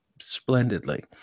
splendidly